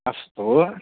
अस्तु